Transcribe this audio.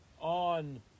on